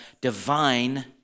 divine